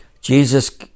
jesus